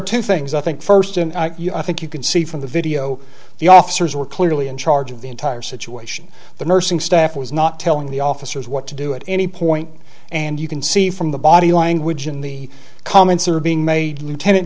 two things i think first and you know i think you can see from the video the officers were clearly in charge of the entire situation the nursing staff was not telling the officers what to do it at any point and you can see from the body language in the comments are being made lieutenant